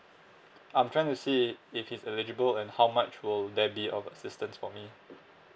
I'm trying to see if he's eligible and how much will there be of assistance for me